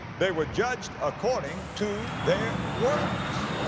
they were judged according to their works,